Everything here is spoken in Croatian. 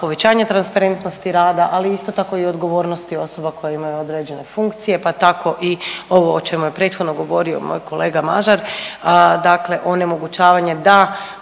povećanja transparentnosti rada, ali isto tako i odgovornosti osoba koje imaju određene funkcije, pa tako i ovo o čemu je prethodno govorio moj kolega Mažar, dakle onemogućavanje da